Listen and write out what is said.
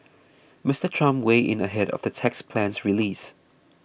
Mister Trump weighed in ahead of the tax plan's release